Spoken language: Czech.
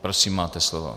Prosím, máte slovo.